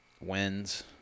wins